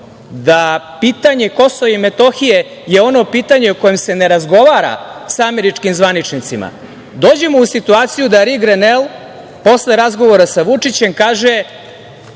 je pitanje Kosova i Metohije ono pitanje o kojem se ne razgovara sa američkim zvaničnicima, dođemo u situaciju da Ri Grenel posle razgovora sa Vučićem kaže